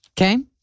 Okay